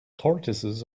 tortoises